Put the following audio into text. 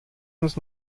uns